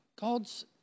God's